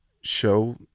show